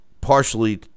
partially